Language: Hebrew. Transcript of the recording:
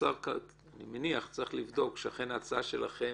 והאוצר אני מניח צריך לבדוק שאכן ההצעה שלכם